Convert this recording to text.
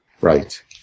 Right